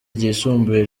ryisumbuye